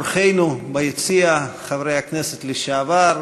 אורחינו ביציע, חברי הכנסת לשעבר,